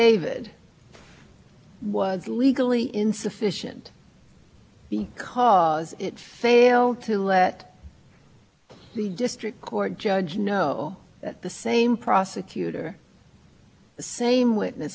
same witnesses possibly same witnesses i don't know that had been involved in the prosecution two years earlier of your client for a drug crime